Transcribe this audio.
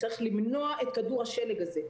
צריך למנוע את כדור השלג הזה.